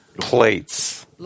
plates